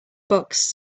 bucks